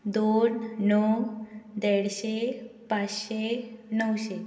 दोन णव देडशे पांचशे णवशे